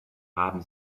haben